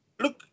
look